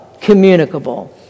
communicable